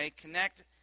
connect